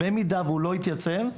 אם הוא לא התייצב,